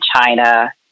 China